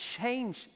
change